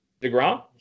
DeGrom